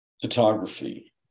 photography